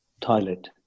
toilet